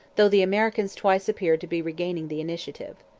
though the americans twice appeared to be regaining the initiative.